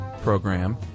program